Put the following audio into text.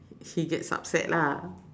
he gets upset lah